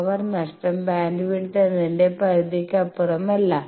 power നഷ്ടം bandwidth എന്നതിന്റെ പരിധിക്കപ്പുറമല്ല